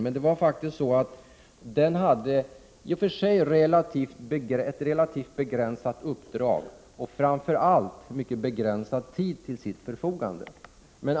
Men den hade faktiskt ett relativt begränsat uppdrag och framför allt begränsad tid till sitt förfogande.